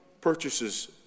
purchases